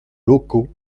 locaux